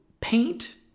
paint